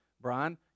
Brian